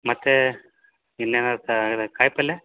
ಮತ್ತು ಇನ್ನೇನಾರೂ ಕಾಯಿಪಲ್ಲೆ